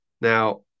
now